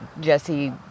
jesse